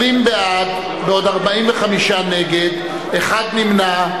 20 בעד, בעוד 45 נגד, אחד נמנע.